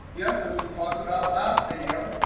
yes. as we talked about last video,